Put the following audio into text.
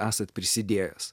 esat prisidėjęs